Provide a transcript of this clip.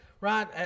right